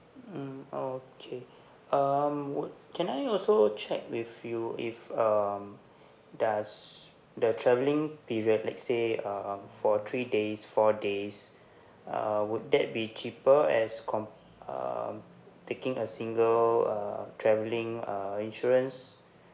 mm okay um would can I also check with you if um does the travelling period let's say um for three days four days uh would that be cheaper as com~ um taking a single uh travelling uh insurance